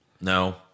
No